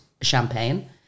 champagne